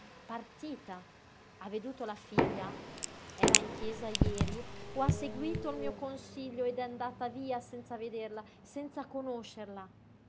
partita ha veduto la figlia era in chiesa jeri o ha seguito il mio consiglio ed è andata via senza vederla senza conoscerla